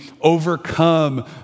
overcome